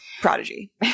Prodigy